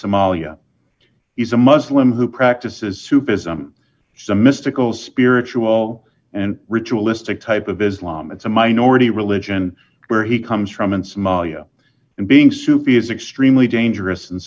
somalia he's a muslim who practices soup ism some mystical spiritual and ritualistic type of islam it's a minority religion where he comes from in somalia and being soupy is extremely dangerous in